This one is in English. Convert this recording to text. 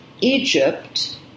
Egypt